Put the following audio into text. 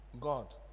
God